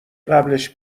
قبلش